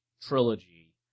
trilogy